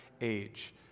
age